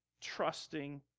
trusting